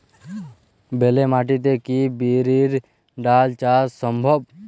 বেলে মাটিতে কি বিরির ডাল চাষ সম্ভব?